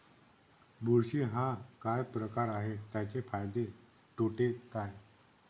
बुरशी हा काय प्रकार आहे, त्याचे फायदे तोटे काय?